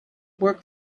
work